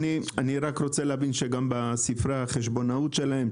אני רק רוצה להבין שגם בספרי החשבונאות שלהם,